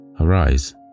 arise